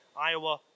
Iowa